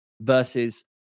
versus